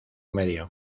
medio